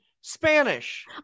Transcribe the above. Spanish